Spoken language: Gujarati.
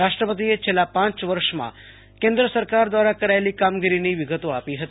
રાષ્ર પતિએ છેલ્લા પોંચ વર્ષમાં કેન્સ સરેકાર દ્વારા કરાયેલી કામગીરી ની વિગતો આપી હતી